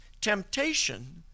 temptation